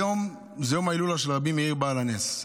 היום זה יום ההילולה של רבי מאיר בעל הנס.